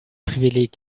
privileg